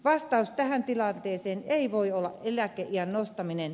vastaus tähän tilanteeseen ei voi olla eläkeiän nostaminen